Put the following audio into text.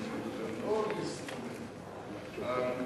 הדברים שהייתי ממליץ למבקרינו השונים זה לא להסתמך על דיווחים כאלה